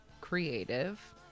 Creative